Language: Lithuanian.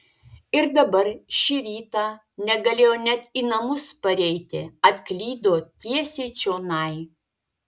ir dabar šį rytą negalėjo net į namus pareiti atklydo tiesiai čionai